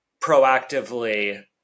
proactively